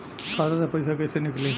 खाता से पैसा कैसे नीकली?